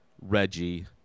reggie